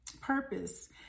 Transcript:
purpose